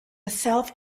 self